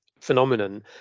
phenomenon